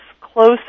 close